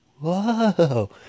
whoa